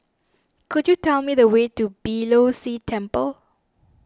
could you tell me the way to Beeh Low See Temple